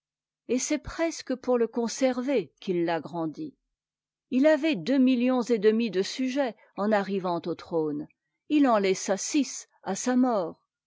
et c'est presque pour le conserver qu'il t'agrandit il avait deux millions et demi de sujets en arrivant au trône il en laissa six à sa mort